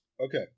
Okay